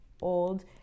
old